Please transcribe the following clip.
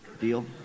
deal